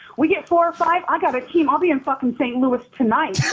we get four or five, i got a team, i'll be in fucking st. louis tonight.